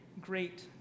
great